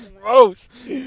gross